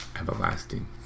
everlasting